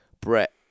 Brett